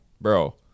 Bro